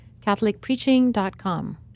CatholicPreaching.com